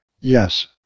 Yes